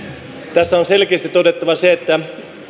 tässä on selkeästi todettava se että